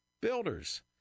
builders